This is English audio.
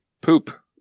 poop